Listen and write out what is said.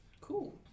Cool